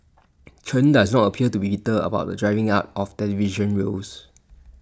Chen does not appear to be bitter about the drying up of television roles